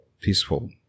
peaceful